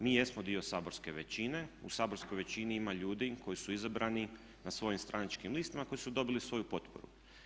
Mi jesmo dio saborske većine, u saborskoj većini ima ljudi koji su izabrani na svojim stranačkim listama koji su dobili svoju potporu.